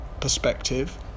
perspective